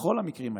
בכל המקרים האלה'"